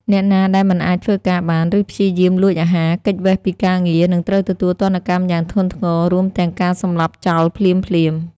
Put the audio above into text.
អ្នកណាដែលមិនអាចធ្វើការបាន ឬព្យាយាមលួចអាហារ គេចវេសពីការងារ នឹងត្រូវទទួលទណ្ឌកម្មយ៉ាងធ្ងន់ធ្ងរ រួមទាំងការសម្លាប់ចោលភ្លាមៗ។